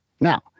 Now